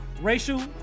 Racial